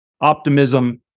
optimism